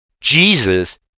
Jesus